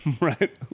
Right